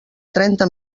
trenta